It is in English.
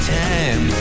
time